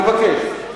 לבקש.